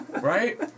Right